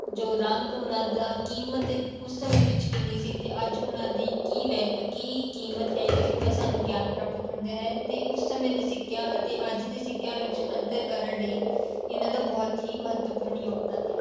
ਜੋ ਰੰਗ ਉਹਨਾਂ ਦਾ ਕੀਮਤ ਉਸ ਸਮੇਂ ਵਿੱਚ ਕਿੰਨੀ ਸੀ ਅਤੇ ਅੱਜ ਉਹਨਾਂ ਦੀ ਕੀ ਵੈਲਿ ਕੀ ਕੀਮਤ ਹੈ ਇਸ ਦਾ ਸਾਨੂੰ ਗਿਆਨ ਪ੍ਰਾਪਤ ਹੁੰਦਾ ਹੈ ਅਤੇ ਉਸ ਸਮੇਂ ਦੇ ਸਿੱਕਿਆਂ ਅਤੇ ਅੱਜ ਦੇ ਸਿੱਕਿਆਂ ਵਿੱਚ ਅੰਤਰ ਕਰਨ ਲਈ ਇਹਨਾਂ ਦਾ ਬਹੁਤ ਹੀ ਮਹੱਤਵਪੂਰਨ ਯੋਗਦਾਨ ਹੈ